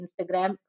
Instagram